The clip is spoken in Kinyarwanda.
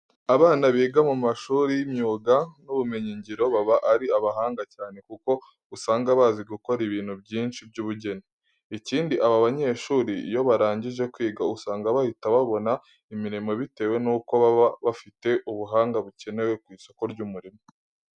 Abana biga mu mashuri y'imyuga n'ubumenyingiro baba ari abahanga cyane kuko usanga bazi gukora ibintu byinshi by'ubugeni. Ikindi, aba banyeshuri iyo barangije kwiga usanga bahita babona imirimo bitewe nuko baba bafite ubuhanga bukenewe ku isoko ry'umurimo.